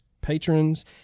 patrons